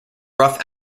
rough